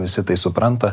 visi tai supranta